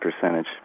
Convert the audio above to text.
percentage